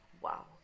Wow